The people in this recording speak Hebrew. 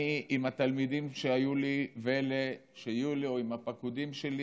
עם התלמידים שהיו לי ואלה שיהיו לי או עם הפקודים שלי